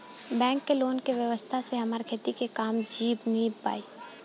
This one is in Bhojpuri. बैंक के लोन के व्यवस्था से हमार खेती के काम नीभ जाई